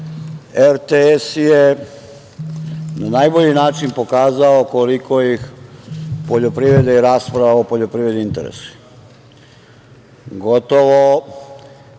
RTS je na najbolji način pokazao koliko ih poljoprivreda i rasprava o poljoprivredi interesuju. Gotovo